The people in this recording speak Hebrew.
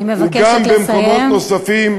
אני מבקשת לסיים.